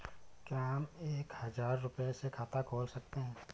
क्या हम एक हजार रुपये से खाता खोल सकते हैं?